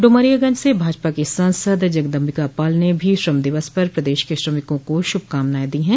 ड्रमरियागंज से भाजपा के सांसद जगदम्बिका पाल ने भी श्रम दिवस पर प्रदेश के श्रमिकों को श्रभकामनाएं दी है